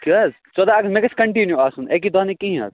کیٛاہ حظ ژۄداہ اَگست مےٚ گژھِ کَنٹِنیٛوٗ آسُن اَکی دۄہ نہٕ کِہیٖنۍ حظ